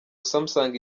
samsung